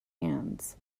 hands